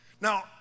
Now